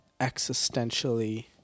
existentially